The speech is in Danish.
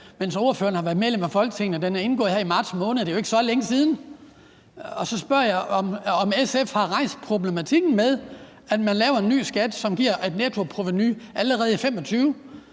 mens ordføreren har været medlem af Folketinget, og den er indgået her i marts måned, og det er ikke så længe siden. Jeg spørger så, om SF har rejst problematikken med, at man laver en ny skat, som allerede i 2025